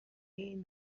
این